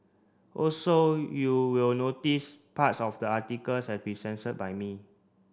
also you will notice parts of the articles have been censored by me